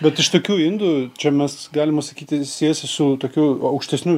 bet iš tokių indų čia mes galima sakyti siejasi su tokiu aukštesniu